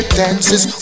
dances